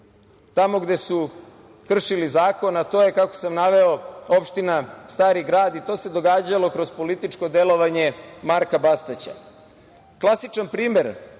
tamo gde su kršili zakon, a to je, kako sam naveo, opština Stari Grad, i to se događalo kroz političko delovanje Marka Bastaća. Klasičan primer